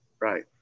Right